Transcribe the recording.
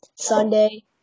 Sunday